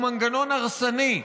הוא מנגנון הרסני.